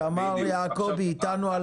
תמר יעקובי איתנו?